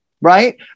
right